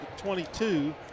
22